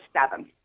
seven